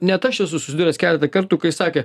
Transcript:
net aš esu susidūręs keletą kartų kai sakė